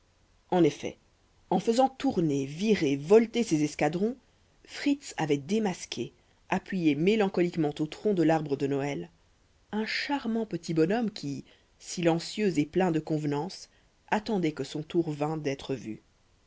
en effet en faisant tourner virer volter ses escadrons fritz avait démasqué appuyé mélancoliquement au tronc de l'arbre de noël un charmant petit bonhomme qui silencieux et plein de convenance attendait que son tour vînt d'être vu